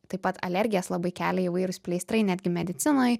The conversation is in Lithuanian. taip pat alergijas labai kelia įvairūs pleistrai netgi medicinoj